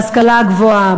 בהשכלה הגבוהה,